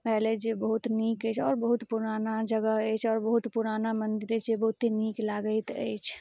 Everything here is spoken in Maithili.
भेल अछि जे बहुत नीक अछि आओर बहुत पुराना जगह अछि आओर बहुत पुराना मन्दिर छै जे बहुते नीक लागैत अइछ